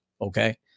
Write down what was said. Okay